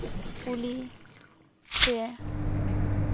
ᱠᱩᱞᱤ ᱥᱮ